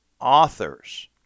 authors